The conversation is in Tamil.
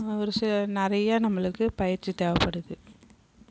ஒரு சில நிறைய நம்மளுக்கு பயிற்சி தேவைப்படுது